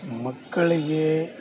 ಮಕ್ಕಳಿಗೆ